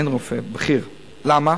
אין רופא בכיר, למה?